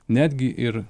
netgi ir